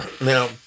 Now